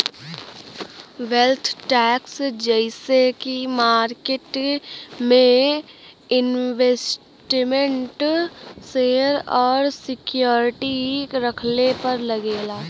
wealth tax जइसे की market में इन्वेस्टमेन्ट शेयर और सिक्योरिटी रखले पर लगेला